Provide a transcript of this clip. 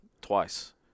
twice